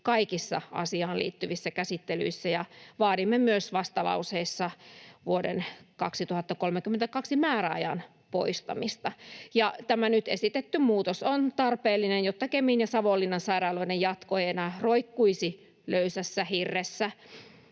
kaikissa asiaan liittyvissä käsittelyissä ja vaadimme myös vastalauseissa vuoden 2032 määräajan poistamista. Tämä nyt esitetty muutos on tarpeellinen, jotta Kemin ja Savonlinnan sairaaloiden jatko ei enää roikkuisi löysässä hirressä,